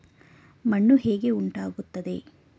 ಮಣ್ಣು ಹೇಗೆ ಉಂಟಾಗುತ್ತದೆ?